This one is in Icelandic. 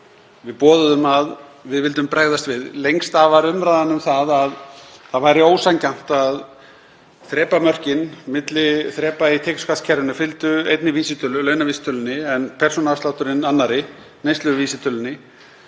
við boðuðum að við vildum bregðast við. Lengst af var umræðan um að það væri ósanngjarnt að þrepamörkin milli þrepa í tekjuskattskerfinu fylgdu einni vísitölu, launavísitölunni, en persónuafslátturinn annarri, neysluvísitölunni,